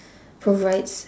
provides